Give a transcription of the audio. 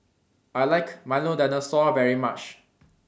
I like Milo Dinosaur very much